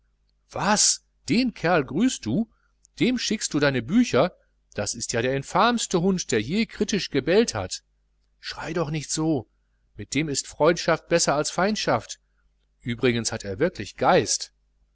was den kerl grüßt du dem schickst du deine bücher das ist ja der infamste hund der je kritisch gebellt hat schrei doch nicht so mit dem ist freundschaft besser als feindschaft übrigens hat er wirklich geist